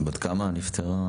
בת כמה היא הייתה כשהיא נפטרה?